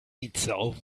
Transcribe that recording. itself